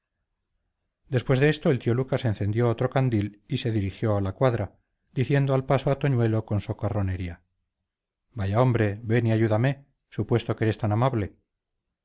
después de esto el tío lucas encendió otro candil y se dirigió a la cuadra diciendo al paso a toñuelo con socarronería vaya hombre ven y ayúdame supuesto que eres tan amable